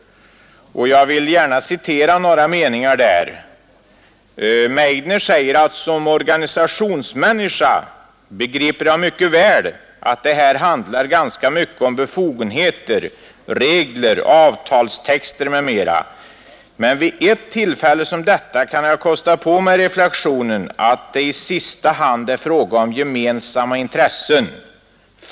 Jag vill gärna citera några meningar ur det. Meidner säger: ”Som organisationsmänniska begriper jag mycket väl, att det här handlar ganska mycket om befogenheter, regler, avtalstexter m.m., men vid ett tillfälle som detta kan jag kosta på mig reflexionen, att det i sista hand är frågan om gemensamma intressen.